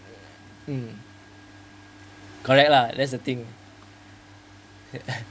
mm correct lah that's the thing